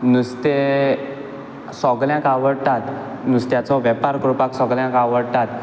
नुस्तें सगल्यांक आवडटा नुस्त्याचो वेपार करपाक सोगल्यांक आवडटा